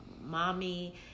mommy